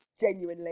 genuinely